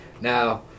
Now